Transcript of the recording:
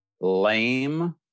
lame